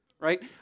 Right